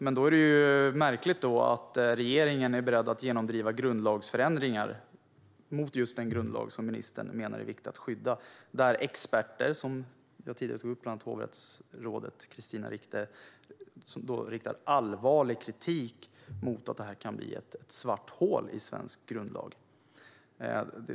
Det är dock märkligt att regeringen är beredd att genomdriva förändringar av just den grundlag som ministern menar är viktig att skydda. Som jag tidigare tog upp har experter som hovrättsrådet Katarina Rikte riktat allvarlig kritik mot att detta kan bli ett svart hål i svensk grundlag.